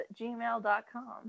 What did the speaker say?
gmail.com